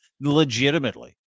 Legitimately